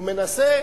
הוא מנסה.